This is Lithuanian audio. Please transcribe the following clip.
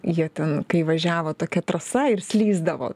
jie ten kai važiavo tokia trasa ir slysdavo